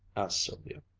asked sylvia.